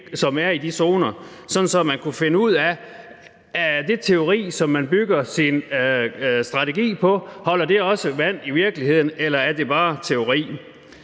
som er i de zoner, sådan at man kunne finde ud af, om den teori, som man bygger sin strategi på, også holder vand i virkeligheden, eller om det bare er